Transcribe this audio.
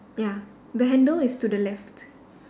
ya the handle is to the left